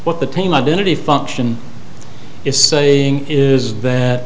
what the team identity function is saying is that